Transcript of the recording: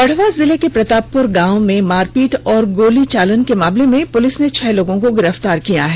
गढ़वा जिले के प्रतापपुर गांव में मारपीट और गोली चालन के मामले में पुलिस छह लोगों को गिर पतार किया है